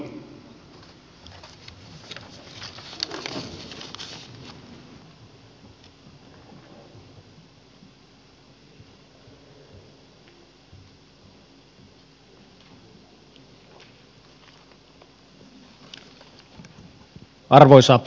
arvoisa puhemies